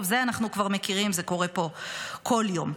טוב, את זה אנחנו כבר מכירים, זה קורה פה כל יום.